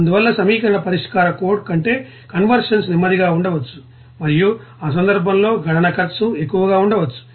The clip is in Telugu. అందువల్ల సమీకరణ పరిష్కార కోడ్ కంటే కన్వర్జెన్స్ నెమ్మదిగా ఉండవచ్చు మరియు ఆ సందర్భంలో గణన ఖర్చు ఎక్కువగా ఉండవచ్చు